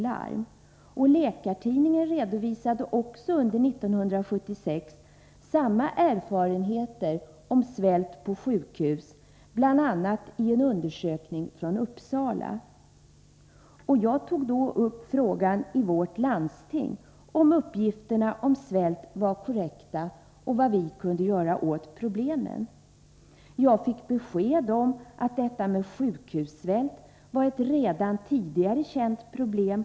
Under år 1976 redovisades också i Läkartidningen motsvarande erfarenheter om svält på sjukhus, bl.a. från en undersökning som hade gjorts i Uppsala. Jag tog då upp frågan i vårt landsting. Jag ville veta om uppgifterna om svält var korrekta och vad vi kunde göra åt problemen. Jag fick besked om att sjukhussvält var ett redan tidigare känt problem.